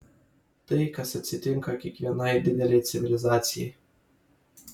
tai kas atsitinka kiekvienai didelei civilizacijai